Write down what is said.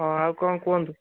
ହଁ ଆଉ କ'ଣ କୁହନ୍ତୁ